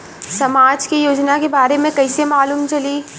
समाज के योजना के बारे में कैसे मालूम चली?